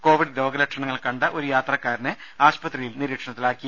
Covid രോഗലക്ഷണങ്ങൾ കണ്ട ഒരു യാത്രക്കാരനെ ആശുപത്രിയിൽ നിരീക്ഷണത്തിലാക്കി